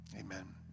Amen